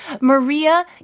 maria